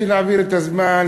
בשביל להעביר את הזמן,